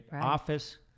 office